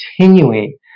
continuing